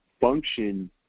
function